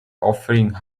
offering